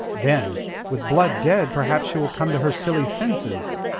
then with blood dead, perhaps she will come to her silly senses.